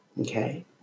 okay